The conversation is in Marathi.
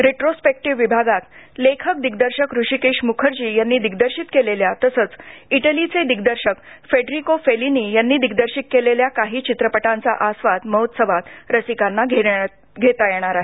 रेट्रोस्पेक्टिव्ह विभागात लेखक दिग्दर्शक हृषीकेश मुखर्जी यांनी दिग्दर्शित केलेल्या तसंच इटलीचे दिग्दर्शक फेडेरिको फेलिनी यांनी दिग्दर्शित केलेल्या काही चित्रपटांचा आस्वाद रसिकांना घेता येणार आहे